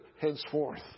henceforth